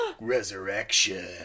resurrection